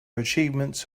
achievements